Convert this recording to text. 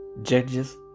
Judges